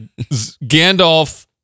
Gandalf